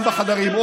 גם בחדרים.